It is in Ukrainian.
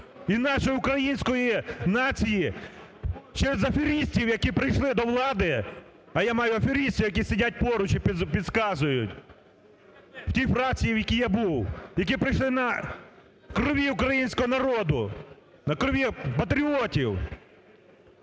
і нашої української нації через аферистів, які прийшли до влади. А я маю аферистів, які сидять поруч і підказують, в тій фракції, в якій я був. Які прийшли на крові українського народу, на крові патріотів,